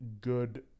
good